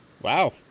Wow